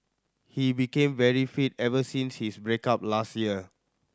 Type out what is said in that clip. he became very fit ever since his break up last year